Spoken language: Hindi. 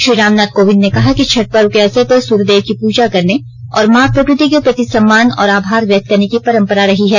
श्री रामनाथ कोविंद ने कहा कि छठ पर्व के अवसर पर सुर्य देव की पुजा करने और मां प्रकति के प्रति सम्मान और आभार व्यक्त करने की परम्परा रही है